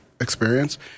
experience